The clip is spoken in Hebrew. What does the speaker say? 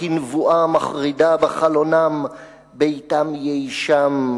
כנבואה מחרידה בחלונם.../ ביתם יישם,